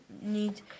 need